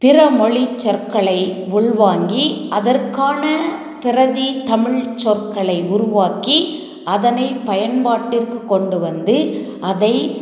பிறமொழி சொற்களை உள்வாங்கி அதற்கான பிரதி தமிழ்ச்சொற்களை உருவாக்கி அதனை பயன்பாட்டிற்கு கொண்டு வந்து அதை